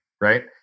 Right